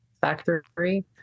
factory